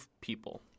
people